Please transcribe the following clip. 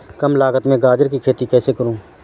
कम लागत में गाजर की खेती कैसे करूँ?